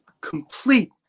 Complete